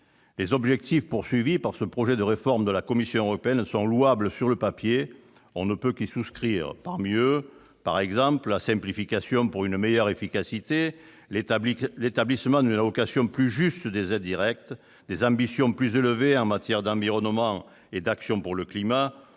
Les objectifs poursuivis par ce projet de réforme de la Commission européenne sont louables sur le papier. On ne peut qu'y souscrire. Je pense par exemple à la simplification visant à atteindre une meilleure efficacité, à l'établissement d'une allocation plus juste des aides directes, aux ambitions plus élevées en matière d'environnement et d'action pour le climat